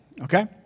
okay